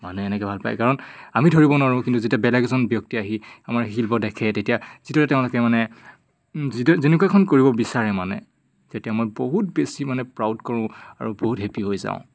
মানুহে এনেকে ভাল পায় কাৰণ আমি ধৰিব নোৱাৰোঁ কিন্তু যেতিয়া বেলেগ এজন ব্যক্তি আহি আমাৰ শিল্প দেখে তেতিয়া যিটো তেওঁলোকে মানে যিটো যেনেকুৱা খন কৰিব বিচাৰে মানে তেতিয়া মই বহুত বেছি মানে প্ৰাউড কৰোঁ আৰু বহুত হেপি হৈ যাওঁ